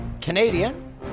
Canadian